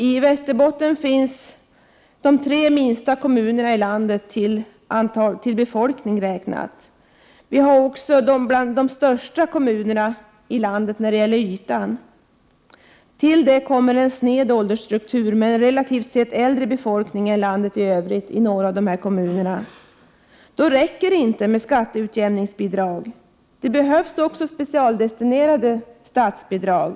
I Västerbotten finns de i folkmängd räknat tre minsta kommunerna i landet. Vi har också de till ytan största kommunerna i landet. Till det kommer en sned åldersstruktur, med en relativt sett äldre befolkning än landet i övrigt i några av dessa kommuner. Då räcker det inte med skatteutjämningsbidrag. Det behövs också specialdestinerade statsbidrag.